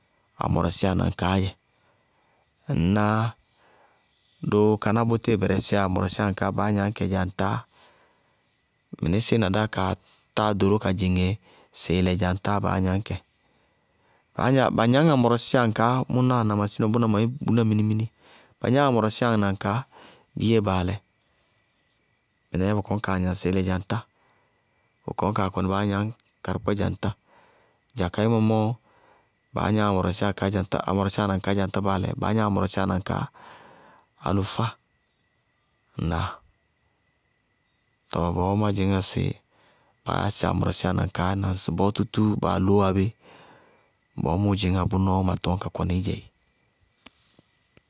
Amɔrɔsíyanaŋkaá dzɛ. Ŋnáa? Doo kaná bʋ tíɩ bɛrɛsíyá amɔrɔsíyanaŋkaá baá gnañ kɛ dzaŋtá, mɩnísíɩ na dáá kaa táa ɖoró ka dzɩŋ yéé, sɩɩlɛ dzaŋtáá baá gnañ kɛ. Baá gnañ ba gnañ amɔrɔsíyanaŋkaá ma simina mɛ, bʋná ma yɛ vuúna minimini ba gnañ amɔrɔsíyanaŋkaá biyée baalɛ, mɩníɩ ba kɔñ kaa gnaŋ sɩɩlɛ dzaŋtá. Bʋ kɔñ kaa kɔnɩ baá gnañ karɩkpákpá dzaŋtá. Dza kayémɔ mɔ, baá gnañ amɔrɔsíyanaŋkaá dzaŋtá baalɛ, baá gnañ amɔrɔsíyanaŋkaá alʋfá. Ŋnáa? Tɔɔ bɔɔ má dzɩñŋá sɩ baá yá amɔrɔsíyanaŋkaá dzɛ na ŋsɩbɔɔ tútúú baa loówá bí, bɔɔ mʋʋ dzɩñŋá, bʋ nɔɔ ma tɔñ ka kɔnɩí dzɛ éé.